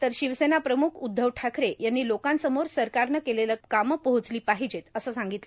तर शिवसेना प्रमुख उद्धव ठाकरे यांनी लोकांसमोर सरकारनं केलेलं कामं पोहोचली पाहिजेत असं सांगितलं